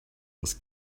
this